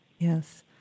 Yes